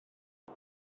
ond